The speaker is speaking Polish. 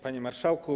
Panie Marszałku!